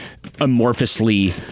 amorphously